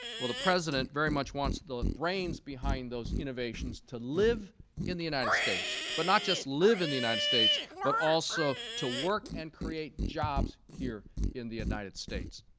well, the president very much wants the brains behind those innovations to live in the united states. but not just live in the united states, but also to work and create jobs here in the united states.